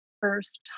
first